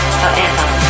forever